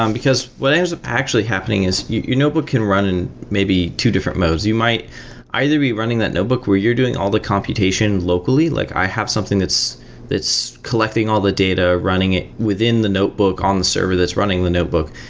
um because what ends up actually happening is your notebook can run maybe two different modes. you might either rerunning that notebook, where you're doing all the computation locally. like i have something that's that's collecting all the data, running it within the notebook on the server that's running the notebook.